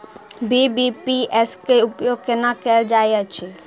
BBPS केँ उपयोग केना कएल जाइत अछि?